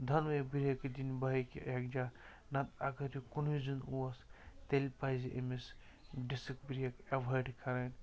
دۄنوَے برٛیکہٕ دِنۍ بایکہِ یَکجاہ نَتہٕ اگر یہِ کُنُے زوٚن اوس تیٚلہِ پَزِ أمِس ڈِسٕک برٛیک اٮ۪وایڈ کَرٕنۍ